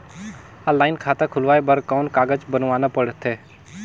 Online खाता खुलवाय बर कौन कागज बनवाना पड़थे?